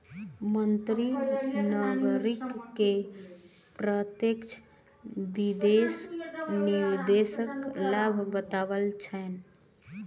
मंत्री नागरिक के प्रत्यक्ष विदेशी निवेशक लाभ बतौलैन